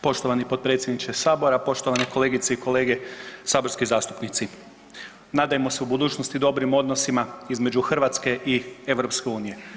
Poštovani potpredsjedniče sabora, poštovane kolegice i kolege saborski zastupnici, nadajmo se u budućnosti dobrim odnosima između Hrvatske i EU.